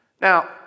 Now